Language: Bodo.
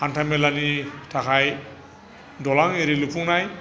हान्था मेलानि थाखाय दालां आरि लुफुंनाय